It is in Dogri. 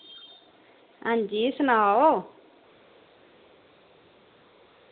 हां जी सनाओ